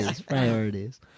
Priorities